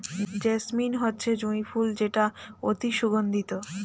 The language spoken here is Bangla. জেসমিন হচ্ছে জুঁই ফুল যেটা অতি সুগন্ধিত